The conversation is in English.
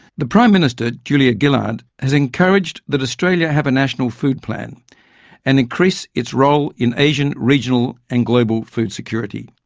the prime minister julia gillard has encouraged that australia have a national food plan and increase its role in asian regional and global food security.